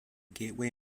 gateway